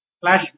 flash